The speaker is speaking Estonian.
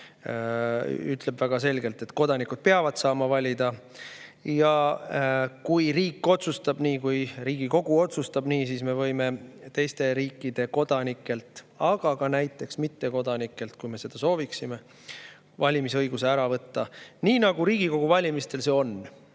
ütleb väga selgelt, et kodanikud peavad saama valida. Ja kui riik otsustab nii, kui Riigikogu otsustab nii, siis me võime teiste riikide kodanikelt – aga näiteks ka mittekodanikelt, kui me seda sooviksime – valimisõiguse ära võtta, nii nagu Riigikogu valimistel see on.